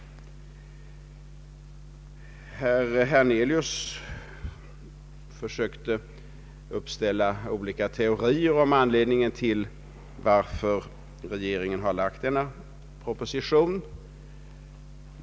Herr Hernelius försökte uppställa olika teorier om anledningen till att regeringen framlagt denna proposition.